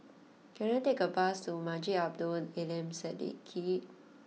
can I take a bus to Masjid Abdul Aleem Siddique